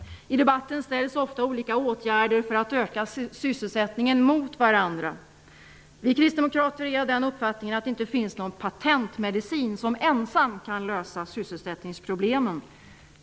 I debatten ställs ofta olika åtgärder för att öka sysselsättningen mot varandra. Vi kristdemokrater är av den uppfattningen att det inte finns någon patentmedicin som ensam kan lösa sysselsättningsproblemen.